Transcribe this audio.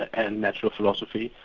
and natural philosophy,